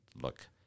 look